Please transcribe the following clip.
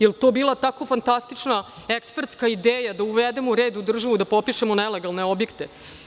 Da li je to bila tako fantastična, ekspertska ideja da uvedemo red u državu, da popišemo nelegalne objekte?